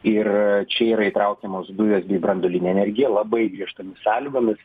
ir čia yra įtraukiamos dujos bei branduolinė energija labai griežtomis sąlygomis